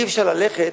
אי-אפשר ללכת